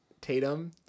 Tatum